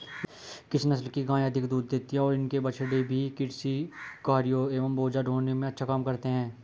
किस नस्ल की गायें अधिक दूध देती हैं और इनके बछड़े भी कृषि कार्यों एवं बोझा ढोने में अच्छा काम करते हैं?